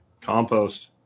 compost